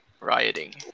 rioting